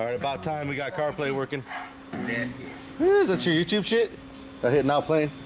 about time. we got carplay working who's that your youtube shit that hitting out playing?